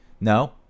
No